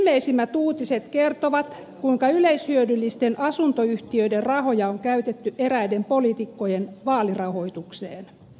viimeisimmät uutiset kertovat kuinka yleishyödyllisten asuntoyhtiöiden rahoja on käytetty eräiden poliitikkojen vaalirahoitukseen